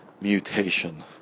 mutation